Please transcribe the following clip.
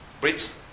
Brits